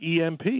EMP